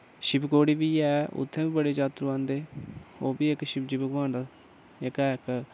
शिवकोड़ी बी ऐ उत्थैं बी बड़े जातरु आंदे ओह्बी इक शिवजी भगवान जेह्का इक